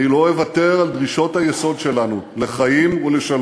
אני רואה רק לחץ על ישראל לעשות עוד ועוד ויתורים בלי שום